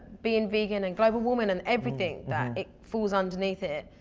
being vegan and global warming and everything that it falls underneath it,